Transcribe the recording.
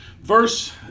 Verse